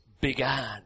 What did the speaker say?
began